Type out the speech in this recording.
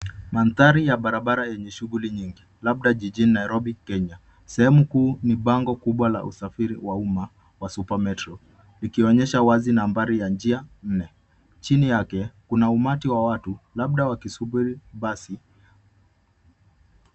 Mandhari ya barabra yenye shughuli nyingi labda jijini Nairobi Kenya. Sehemu kuu ni bango kubwa la usafiri wa umma wa Super Metro likionyesha wazi nambari ya njia nne. Chini yake kuna umati wa watu labda wakisubiri basi.